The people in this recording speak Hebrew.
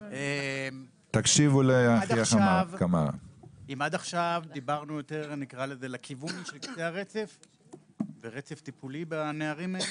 אם עד עכשיו דיברנו יותר לכיוון של קצה הרצף ורצף טיפולי בנערים האלה,